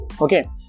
okay